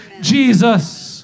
Jesus